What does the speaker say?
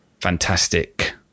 fantastic